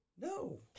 No